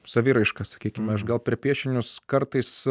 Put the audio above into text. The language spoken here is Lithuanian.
saviraiška sakykime aš gal per piešinius kartais